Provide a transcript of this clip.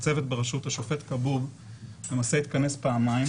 צוות בראשות השופט כבוב למעשה התכנס פעמיים